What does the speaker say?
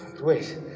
Wait